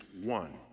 one